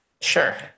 Sure